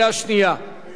אדוני יושב-ראש הוועדה,